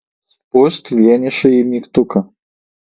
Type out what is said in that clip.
spust vienišąjį mygtuką